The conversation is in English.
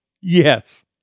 yes